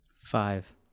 Five